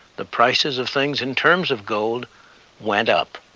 the prices of things, in terms of gold went up.